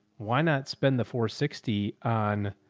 why not spend the four sixty on.